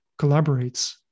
collaborates